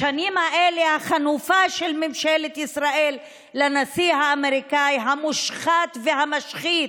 בשנים האלה החנופה של ממשלת ישראל לנשיא האמריקאי המושחת והמשחית